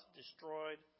destroyed